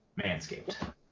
Manscaped